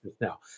Now